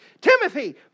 Timothy